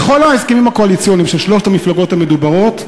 בכל ההסכמים הקואליציוניים של שלוש המפלגות המדוברות,